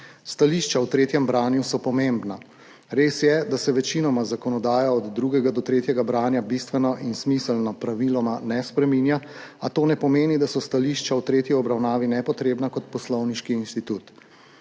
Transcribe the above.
Stališča v tretjem branju so pomembna. Res je, da se večinoma zakonodaja od drugega do tretjega branja bistveno in smiselno praviloma ne spreminja, a to ne pomeni, da so stališča v tretji obravnavi nepotrebna kot poslovniški institut.